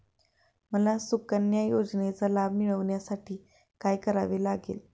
मला सुकन्या योजनेचा लाभ मिळवण्यासाठी काय करावे लागेल?